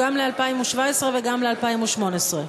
גם ל-2017 וגם ל-2018.